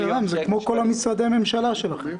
זה כמו כל משרדי הממשלה שלכם.